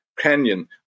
canyon